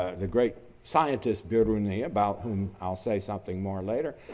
ah the great scientist biruni about whom i'll say something more later.